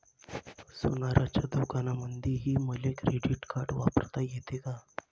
सोनाराच्या दुकानामंधीही मले क्रेडिट कार्ड वापरता येते का?